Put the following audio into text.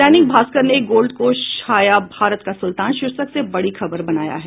दैनिक जागरण ने Gold Coast छाया भारत का सुल्तान शीर्षक से बड़ी खबर बनाया है